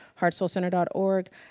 heartsoulcenter.org